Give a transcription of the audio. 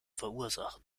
verursachen